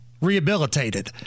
rehabilitated